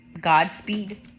Godspeed